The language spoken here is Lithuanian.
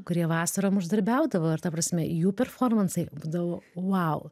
kurie vasarom uždarbiaudavo ar ta prasme jų performansai būdavo vau